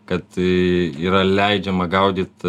kad yra leidžiama gaudyt